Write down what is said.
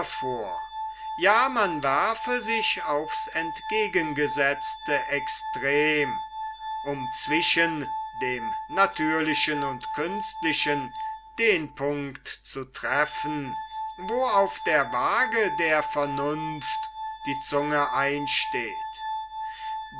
vor ja man werfe sich aufs entgegengesetzte extrem um zwischen dem natürlichen und künstlichen den punkt zu treffen wo auf der waage der vernunft die zunge einsteht